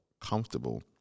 comfortable